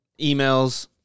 emails